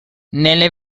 nelle